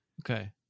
Okay